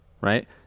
right